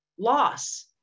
Loss